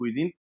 cuisines